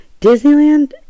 Disneyland